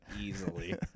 easily